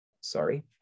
sorry